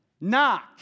knock